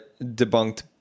debunked